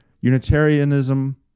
Unitarianism